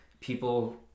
people